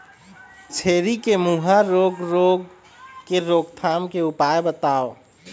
छेरी के मुहा रोग रोग के रोकथाम के उपाय बताव?